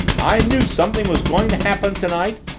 i knew something was going to happen tonight.